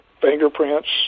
fingerprints